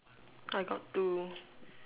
I got two